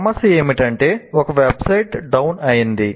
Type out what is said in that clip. సమస్య ఏమిటంటే ఒక వెబ్సైట్ డౌన్ అయ్యింది